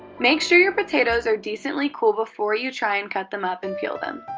make sure your potatoes are decently cool before you try and cut them up and peel them.